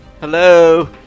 Hello